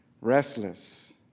restless